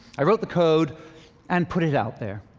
i wrote the code and put it out there.